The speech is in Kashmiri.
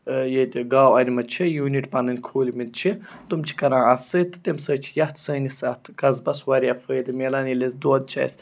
ییٚتہِ گاوٕ اَنہِ مَژٕ چھےٚ یوٗنِٹ پَنٕنۍ کھوٗلمٕتۍ چھِ تِم چھِ کَران اَتھ سۭتۍ تہٕ تَمہِ سۭتۍ چھِ یَتھ سٲنِس اَتھ قصبَس واریاہ فٲیدٕ مِلان ییٚلہِ أسۍ دۄد چھِ اَسہِ